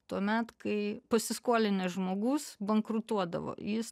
tuomet kai pasiskolinęs žmogus bankrutuodavo jis